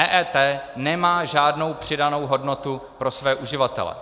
EET nemá žádnou přidanou hodnotu pro své uživatele.